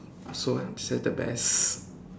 so your answer is the best